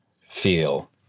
feel